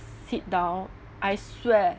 sit down I swear